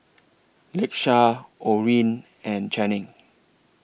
Lakesha Orene and Channing